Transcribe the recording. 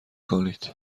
کنید